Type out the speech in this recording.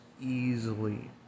easily